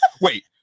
wait